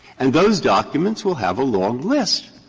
and those documents will have a long list.